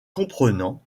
comprenant